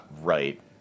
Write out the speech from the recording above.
right